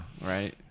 right